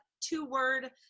two-word